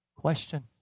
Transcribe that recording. Question